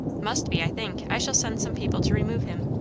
must be, i think. i shall send some people to remove him.